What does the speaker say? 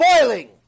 boiling